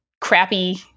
crappy